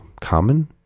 common